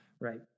right